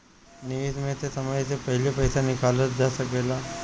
निवेश में से समय से पहले पईसा निकालल जा सेकला?